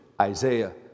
Isaiah